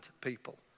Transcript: people